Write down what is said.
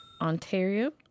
Ontario